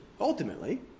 ultimately